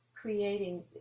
creating